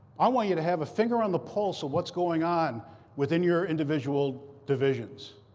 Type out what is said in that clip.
i want you to have a finger on the pulse of what's going on within your individual divisions.